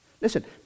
Listen